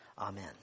Amen